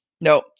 no